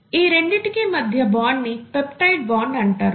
ఈ రెండిటి మధ్య బాండ్ ని పెప్టైడ్ బాండ్ అంటారు